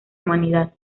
humanidad